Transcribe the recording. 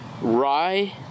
rye